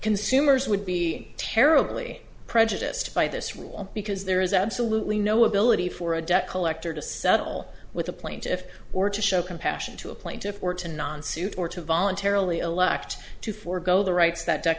consumers would be terribly prejudiced by this rule because there is absolutely no ability for a debt collector to settle with a plaintiff or to show compassion to a plaintiff or to non suit or to voluntarily elect to forego the rights that